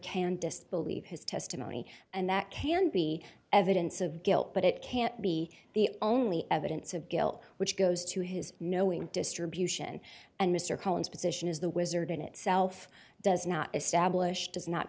can disbelieve his testimony and that can be evidence of guilt but it can't be the only evidence of guilt which goes to his knowing distribution and mr cohen's position as the wizard in itself does not establish does not